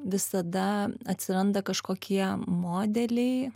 visada atsiranda kažkokie modeliai